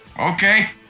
okay